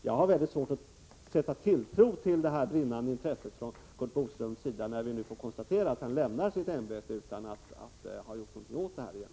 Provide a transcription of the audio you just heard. Jag har mycket svårt att sätta tilltro till talet om det brinnande intresset från Curt Boströms sida, när vi nu kan konstatera att han lämnar sitt ämbete utan att egentligen ha gjort någonting åt denna fråga.